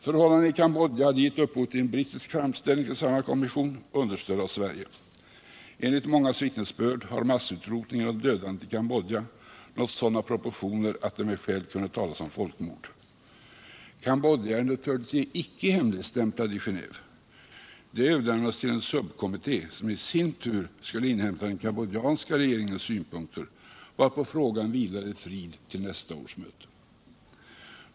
Förhållandena i Cambodja hade givit upphov till en brittisk framställning till samma kommission, understödd av Sverige. Enligt mångas vittnesbörd har massutrotningen och dödandet i Cambodja nått sådana proportioner att det med skäl kan talas om folkmord. Cambodjaärendet hörde till de icke hemligstämplade ärendena i Genéve. Det överlämnades till en subkommitté, som i sin tur skulle inhämta den cambodjanska regeringens synpunkter, varpå frågan vilar i frid till nästa års möte.